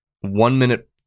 one-minute